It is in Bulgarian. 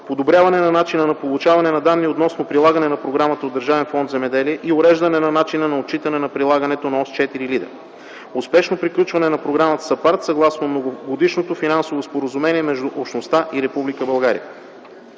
подобряване начина на получаване на данни относно прилагане на програмата от Държавен фонд „Земеделие” и уреждане на начина на отчитане на прилагането на Ос 4 - Лидер; - успешно приключване на програмата САПАРД, съгласно многогодишното финансово споразумение между Общността и Република България;